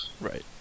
Right